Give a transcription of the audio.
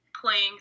playing